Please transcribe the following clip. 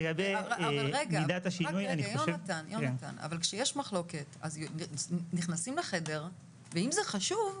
אבל כשיש מחלוקת אז נכנסים לחדר ואם זה חשוב,